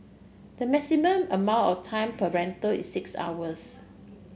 the maximum amount of time per rental is six hours